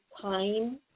time